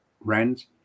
rent